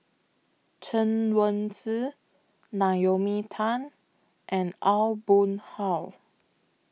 Chen Wen Hsi Naomi Tan and Aw Boon Haw